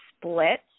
split